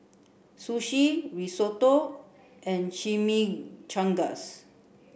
Sushi Risotto and Chimichangas